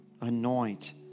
Anoint